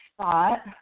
spot